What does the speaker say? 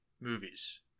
movies